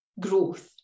growth